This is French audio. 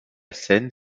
scène